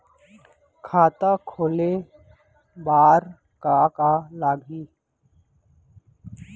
खाता खोले बार का का लागही?